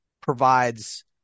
provides